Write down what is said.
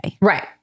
Right